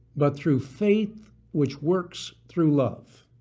but through faith which works through love.